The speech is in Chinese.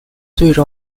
对照